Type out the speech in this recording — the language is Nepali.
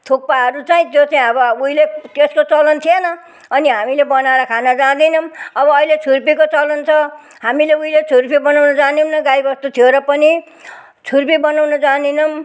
थुप्पाहरू चाहिँ त्यो चाहिँ अब उहिले त्यसको चलन थिएन अनि हामीले बनाएर खाना जान्दैनौँ अब अहिले छुर्पीको चलन छ हामीले उहिले छुर्पी बनाउनु जानेनौँ गाईवस्तु थियो र पनि छुर्पी बनाउनु जानेनौँ